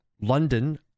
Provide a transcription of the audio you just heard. London